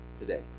today